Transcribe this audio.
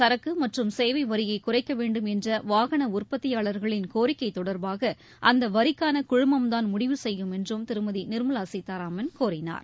சரக்கு மற்றும் சேவை வரியை குறைக்க வேண்டும் என்ற வாகன உற்பத்தியாளர்களின் கோரிக்கை தொடர்பாக அந்த வரிக்கான குழுமம்தான் முடிவு செய்யும் என்றும் திருமதி நிர்மலா சீதாராமன் கூறினார்